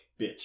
bitch